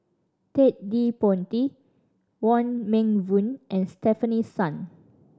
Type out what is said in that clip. Ted De Ponti Wong Meng Voon and Stefanie Sun